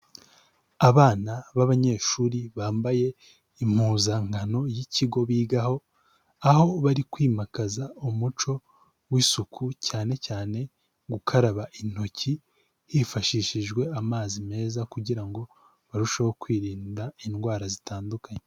Abana b'abanyeshuri bambaye impuzankano y'ikigo bigaho, aho bari kwimakaza umuco w'isuku, cyane cyane gukaraba intoki, hifashishijwe amazi meza kugira ngo barusheho kwirinda indwara zitandukanye.